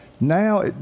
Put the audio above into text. now—